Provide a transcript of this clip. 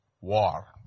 War